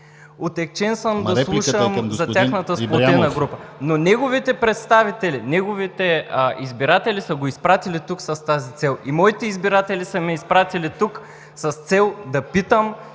Отегчен съм да слушам за тяхната сплотена група, но неговите избиратели са го изпратили тук с тази цел. И моите избиратели са ме изпратили тук с цел да питам